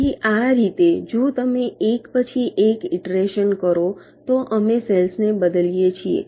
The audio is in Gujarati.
તેથી આ રીતે જો તમે એક પછી એક ઇટરેશન કરો તો અમે સેલ્સ ને બદલીએ છીએ